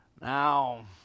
Now